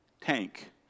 tank